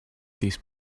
these